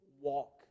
walk